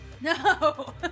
No